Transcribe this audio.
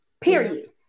Period